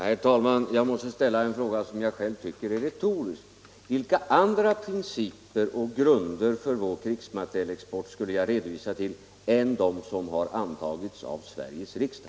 Herr talman! Jag måste ställa en fråga som jag själv tycker är retorisk: Vilka andra principer och grunder för vår krigsmaterielexport skulle jag hänvisa till än dem som har antagits av Sveriges riksdag?